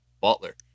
Butler